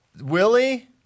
Willie